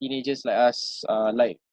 teenagers like us uh like